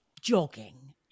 jogging